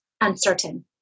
uncertain